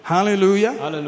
Hallelujah